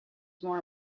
more